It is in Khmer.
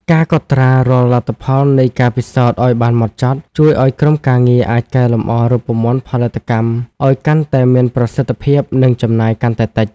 ការកត់ត្រារាល់លទ្ធផលនៃការពិសោធន៍ឱ្យបានហ្មត់ចត់ ជួយឱ្យក្រុមការងារអាចកែលម្អរូបមន្តផលិតកម្មឱ្យកាន់តែមានប្រសិទ្ធភាព និងចំណាយកាន់តែតិច។